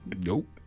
Nope